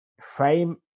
frame